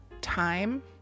time